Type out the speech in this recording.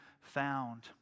found